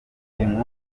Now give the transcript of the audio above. abahungu